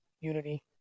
unity